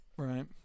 Right